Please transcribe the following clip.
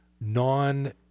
non